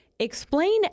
Explain